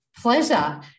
Pleasure